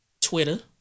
Twitter